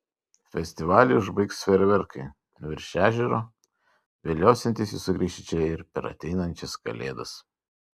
festivalį užbaigs fejerverkai virš ežero viliosiantys jus sugrįžti čia ir per ateinančias kalėdas